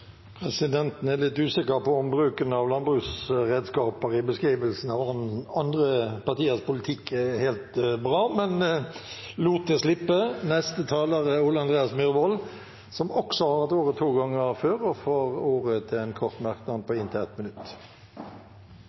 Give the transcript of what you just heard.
Presidenten er litt usikker på om bruken av landbruksredskaper i beskrivelsen av andre partiers politikk er helt bra, men lar det gå. Representanten Ole André Myhrvold har hatt ordet to ganger tidligere og får ordet til en kort merknad, begrenset til 1 minutt.